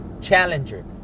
Challenger